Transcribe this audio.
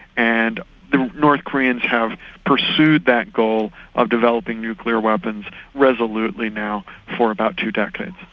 and the north koreans have pursued that goal of developing nuclear weapons resolutely now for about two decades.